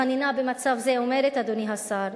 החנינה במצב זה אומרת, אדוני השר,